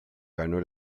ganó